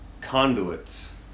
conduits